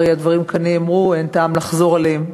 הרי הדברים נאמרו כאן ואין טעם לחזור עליהם.